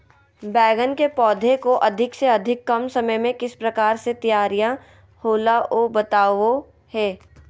बैगन के पौधा को अधिक से अधिक कम समय में किस प्रकार से तैयारियां होला औ बताबो है?